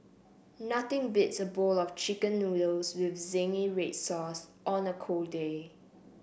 nothing beats a bowl of chicken noodles with zingy red sauce on a cold day